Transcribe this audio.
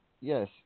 Yes